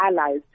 allies